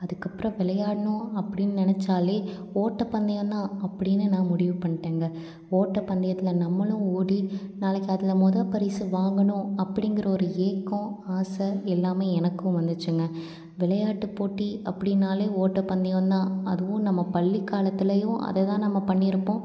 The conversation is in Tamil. அதுக்கப்புறம் விளையாடணும் அப்படின் நினச்சாலே ஓட்டப்பந்தயம் தான் அப்படின்னு நான் முடிவு பண்ணிட்டேங்க ஓட்டப்பந்தயத்தில் நம்மளும் ஓடி நாளைக்கு அதில் முத பரிசு வாங்கணும் அப்படிங்கிற ஒரு ஏக்கம் ஆசை எல்லாமே எனக்கும் வந்துச்சுங்க விளையாட்டு போட்டி அப்படின்னாலே ஓட்டப்பந்தயம் தான் அதுவும் நம்ம பள்ளி காலத்திலயும் அதை தான் நம்ம பண்ணியிருப்போம்